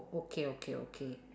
okay okay okay